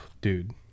dude